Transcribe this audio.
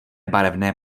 barevné